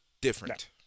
different